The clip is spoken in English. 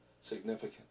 significant